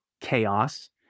chaos